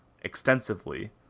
extensively